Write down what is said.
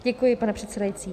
Děkuji, pane předsedající.